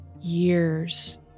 years